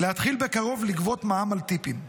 להתחיל בקרוב לגבות מע"מ על טיפים.